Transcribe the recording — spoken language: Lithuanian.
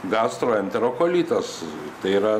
gastroenterokolitas tai yra